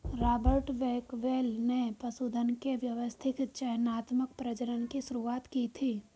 Robert Bakewell ने पशुधन के व्यवस्थित चयनात्मक प्रजनन की शुरुआत की थी